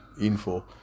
info